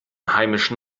heimischen